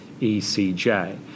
ECJ